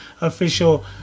official